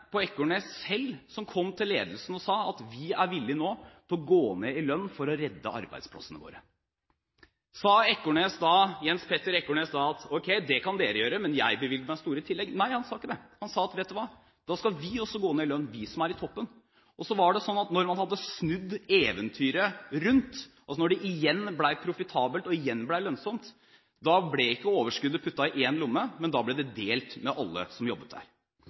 på Ekornes som selv kom til ledelsen og sa at nå er vi villige til å gå ned i lønn for å redde arbeidsplassene våre. Sa Jens Petter Ekornes da at det kan dere gjøre, men jeg bevilger meg store tillegg? Nei, han sa ikke det. Han sa: Da skal også vi som er på toppen, gå ned i lønn. Så var det sånn at da man hadde snudd eventyret rundt, da det igjen ble profitabelt og igjen ble lønnsomt, ble ikke overskuddet puttet i én lomme, men det ble delt med alle som jobbet der.